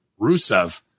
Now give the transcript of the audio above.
Rusev